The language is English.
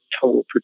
total